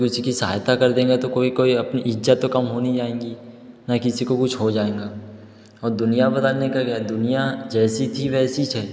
किसी कि सहायता कर देगा तो कोई कोई अपनी इज्जत तो कम हो नहीं जाएगी ना ही किसी को कुछ हो जाएगा और दुनिया बदलने का क्या है दुनिया जैसी थी वैसी